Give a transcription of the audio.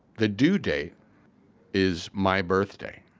the due date is my birthday.